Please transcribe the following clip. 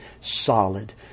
solid